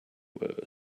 were